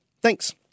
Thanks